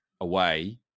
away